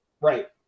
Right